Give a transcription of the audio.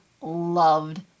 loved